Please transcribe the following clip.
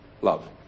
love